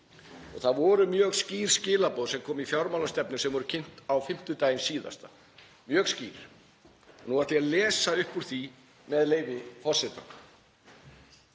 Það voru mjög skýr skilaboð sem komu í fjármálastefnu sem voru kynnt á fimmtudaginn síðasta, mjög skýr. Nú ætla ég að lesa upp úr því, með leyfi forseta: